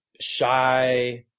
shy